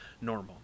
normal